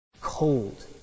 Cold